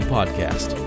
Podcast